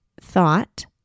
thought